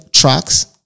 tracks